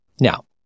Now